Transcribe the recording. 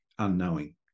unknowing